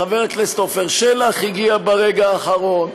חבר הכנסת עפר שלח הגיע ברגע האחרון.